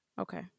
Okay